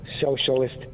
socialist